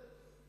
צודק.